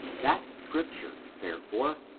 that scripture, therefore,